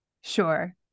Sure